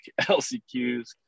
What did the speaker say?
LCQs